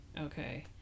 Okay